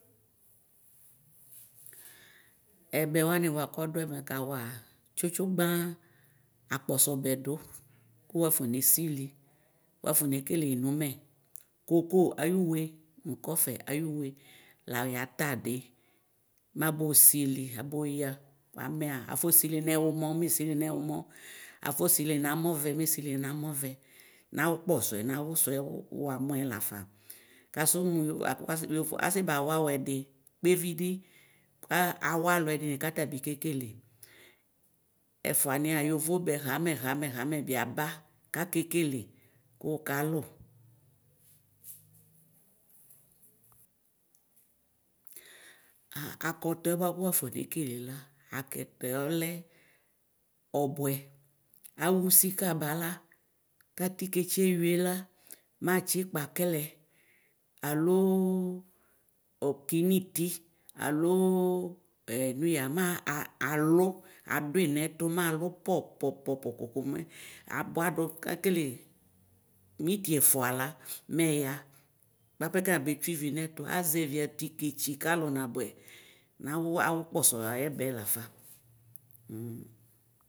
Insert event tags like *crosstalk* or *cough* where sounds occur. Ɛbɛ wani kɔdʋ ɛmɛ wani kawʋa tsutsu gba akpɔsɔbɛ dʋ kʋ wafɔne sili wafɔ nekele yi nʋ mɛ koko ayʋ ʋwe nʋ kɔfɛ ayʋwe layatadi mabosili aboya kʋamɛ aa afɔsili nɛwʋmɔ afɔ sili namɔvɛ mesili namɔvɛ nawʋ kpɔsɔɛ nawʋsʋɛ wʋamʋɛ lafa kasʋmʋ yov akʋ asiba wawʋ ɛdi kpevidi awa alʋɛdini katabi kekele ɛfʋania yovobɛ xamɛ xamɛ xamɛ bi aba kakekele kʋkalʋ. Akɔtɔɛ bʋakʋ wafɔ nekelela agapɛ ɔlɛ ɔbʋɛ awʋsi kabala kativetsi ewiela matsi pkakɛlɛ alo ɔkiniti alo ɛnʋya malʋ adʋi nɛtʋ malʋ pɔpɔpɔpɔ komɛ abʋadʋ nakele miti ɛfʋa la mɛya bʋapɛ kɛmabe tsʋe ivi nɛtʋ azɛvi atiketsi kalʋ nabʋɛ nawʋ kpɔsɔ ayɛbɛ lafa. *hesitation*